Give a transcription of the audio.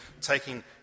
taking